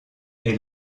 est